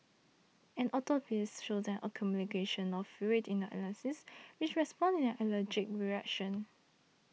an autopsy showed an accumulation of fluid in her larynx which corresponds an allergic reaction